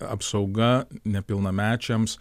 apsauga nepilnamečiams